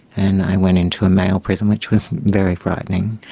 and i went into a male prison, which was very frightening.